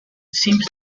seems